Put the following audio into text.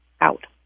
out